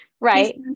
Right